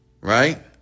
Right